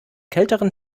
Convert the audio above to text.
kälteren